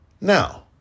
Now